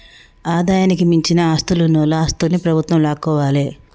ఆదాయానికి మించిన ఆస్తులున్నోల ఆస్తుల్ని ప్రభుత్వం లాక్కోవాలే